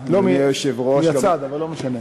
מהצד.